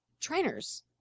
trainers